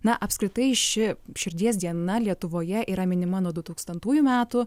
na apskritai ši širdies diena lietuvoje yra minima nuo dutūkstantųjų metų